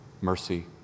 mercy